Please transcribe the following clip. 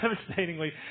devastatingly